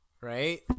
Right